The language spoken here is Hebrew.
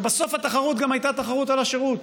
ובסוף התחרות גם הייתה תחרות על השירות,